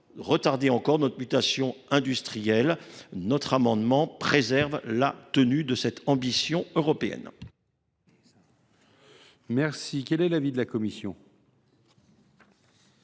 retarder encore notre mutation industrielle. Notre amendement vise donc à préserver la tenue de cette ambition européenne.